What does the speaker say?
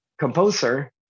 composer